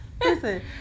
listen